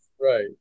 right